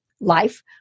life